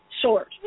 short